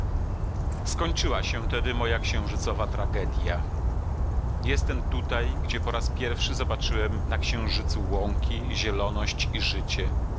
skończyła się tedy moja księżycowa tragedja jestem tutaj gdzie po raz pierwszy zobaczyłem na księżycu łąki zieloność i życie